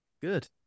Good